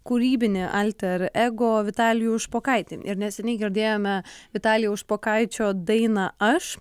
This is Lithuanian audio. kūrybinį alter ego vitalijų špokaitį ir neseniai girdėjome vitalijaus špokaičio dainą aš